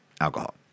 Alcohol